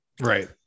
Right